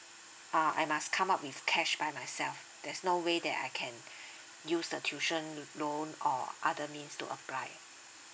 uh I must come up with cash by myself there's no way that I can use the tuition loan or other means to apply